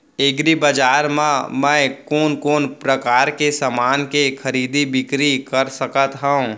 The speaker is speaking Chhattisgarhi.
एग्रीबजार मा मैं कोन कोन परकार के समान के खरीदी बिक्री कर सकत हव?